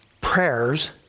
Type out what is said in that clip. prayers